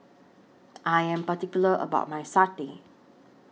I Am particular about My Satay